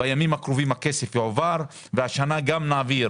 בימים הקרובים הכסף יועבר וגם השנה נעביר